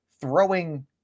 throwing